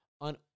on